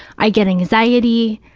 i get anxiety.